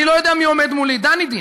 אני לא יודע מי עומד מולי, דנידין.